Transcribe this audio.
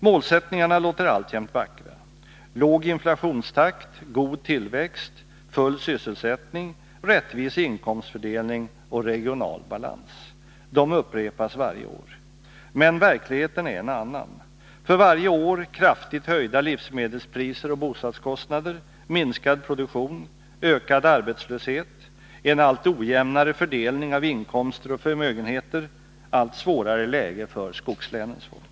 Målsättningarna låter alltjämt vackra: låg inflationstakt, god tillväxt, full sysselsättning, rättvis inkomstfördelning och regional! balans. De upprepas varje år. Men verkligheten är en annan: för varje år kraftigt höjda livsmedelspriser och bostadskostnader, minskad produktion, ökad arbetslöshet, en allt ojämnare fördelning av inkomster och förmögenheter, allt svårare läge för skogslänens folk.